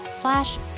slash